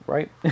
Right